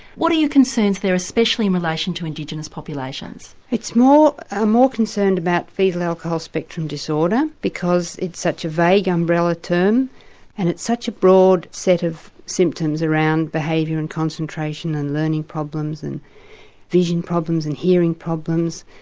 what are your concerns there, especially in relation to indigenous populations? it's more ah more concerned about foetal alcohol spectrum disorder because it's such a vague umbrella term and it's such a broad set of symptoms around behaviour and concentration and learning problems, and vision problems, and hearing problems.